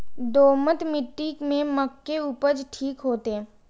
दोमट मिट्टी में मक्के उपज ठीक होते?